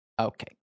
Okay